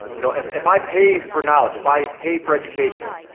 you know if if i pay for knowledge, if i pay for education,